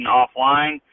offline